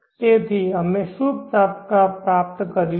તેથી અમે શું પ્રાપ્ત કર્યું છે